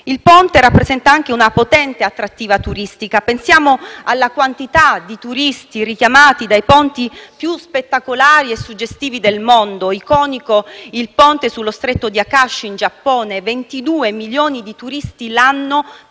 Il ponte rappresenta anche una potente attrattiva turistica: pensiamo alla quantità di turisti richiamati dai ponti più spettacolari e suggestivi del mondo. Iconico è il ponte sullo stretto di Akashi, in Giappone: 22 milioni di turisti l'anno